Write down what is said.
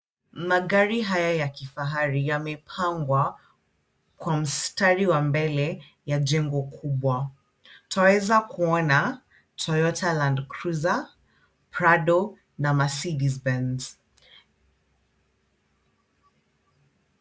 Magari haya ya kifahari yamepangwa kwa mistari wa mbele ya jengo kubwa. Tunaeza kuona Toyota Land cruiser, Prado na Mercedes Benz.